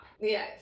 Yes